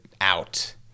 out